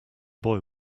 boy